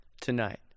tonight